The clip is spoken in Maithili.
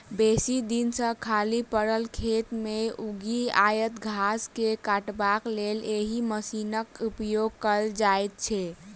बेसी दिन सॅ खाली पड़ल खेत मे उगि आयल घास के काटबाक लेल एहि मशीनक उपयोग कयल जाइत छै